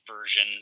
version